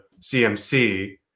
CMC